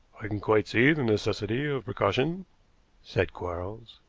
i can quite see the necessity of precaution said quarles.